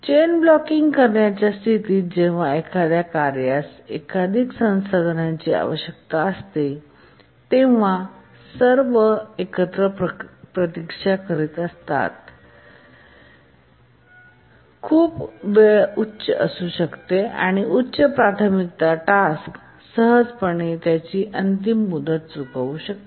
चैन blocking करण्याच्या स्थितीत जेव्हा एखाद्या कार्यास एकाधिक संसाधनांची आवश्यकता असते तेव्हा सर्व एकत्र प्रतीक्षा करण्याची वेळ खूप उच्च असू शकते आणि उच्च प्राथमिकता टास्क सहजपणे त्याची अंतिम मुदत चुकवू शकते